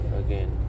again